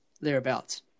thereabouts